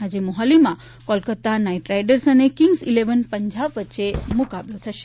આજે મોહાલીમાં Kolkata Knight Riders અને કિંગ્સ ઈલેવન પંજાબ વચ્ચે મ્રકાબલો થશે